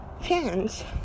fans